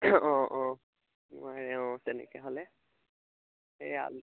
অঁ অঁ মই অঁ তেনেকৈ হ'লে